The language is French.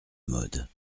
mode